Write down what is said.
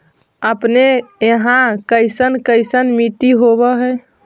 अपने यहाँ कैसन कैसन मिट्टी होब है?